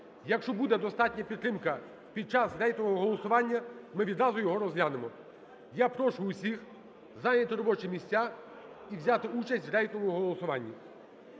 Якщо буде достатня підтримка під час рейтингового голосування, ми відразу його розглянемо. Я прошу усіх зайняти робочі місця і взяти участь в рейтинговому голосуванні.